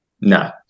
No